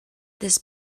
this